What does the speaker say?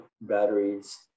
batteries